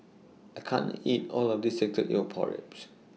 I can't eat All of This Salted Egg Pork Ribs